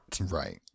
Right